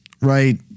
right